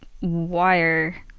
wire –